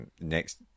Next